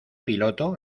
piloto